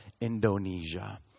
Indonesia